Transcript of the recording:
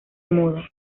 moda